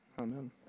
Amen